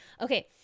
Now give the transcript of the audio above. Okay